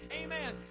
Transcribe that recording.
amen